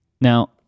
Now